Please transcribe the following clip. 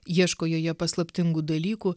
ieško joje paslaptingų dalykų